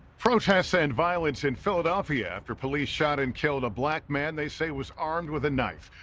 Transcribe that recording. protests and violence in philadelphia after police shot and killed a black man they say was armed with a knife.